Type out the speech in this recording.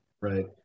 Right